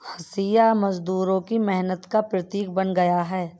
हँसिया मजदूरों की मेहनत का प्रतीक बन गया है